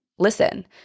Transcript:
Listen